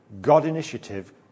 God-initiative